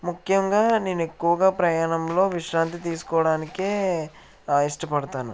ముఖ్యంగా నేను ఎక్కువగా ప్రయాణంలో విశ్రాంతి తీసుకోవడానికె ఇష్టపడతాను